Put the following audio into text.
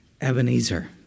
Ebenezer